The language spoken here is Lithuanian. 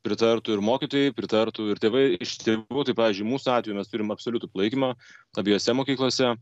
pritartų ir mokytojai pritartų ir tėvai iš tėvų tai pavyzdžiui mūsų atveju mes turim absoliutų palaikymą abiejose mokyklose